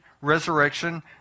resurrection